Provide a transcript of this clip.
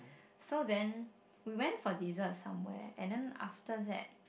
so then we went for dessert somewhere and then after that